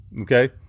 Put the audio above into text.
Okay